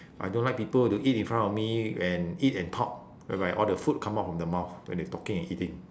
I don't like people to eat in front of me and eat and talk whereby all the food come out from the mouth when they talking and eating